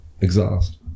exhaust